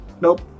nope